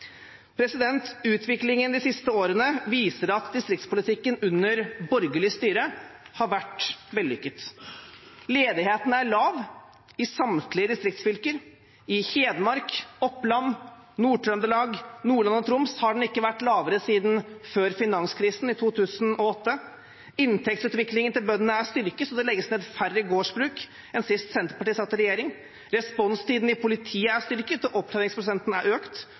Utviklingen de siste årene viser at distriktspolitikken under borgerlig styre har vært vellykket. Ledigheten er lav i samtlige distriktsfylker. I Hedmark, Oppland, Nord-Trøndelag, Nordland og Troms har den ikke vært lavere siden før finanskrisen i 2008. Inntektsutviklingen til bøndene er styrket, og det legges ned færre gårdsbruk enn sist Senterpartiet satt i regjering. Responstiden i politiet er styrket, og oppklaringsprosenten er økt.